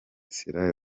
sierra